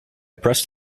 pressed